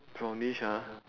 brownish ah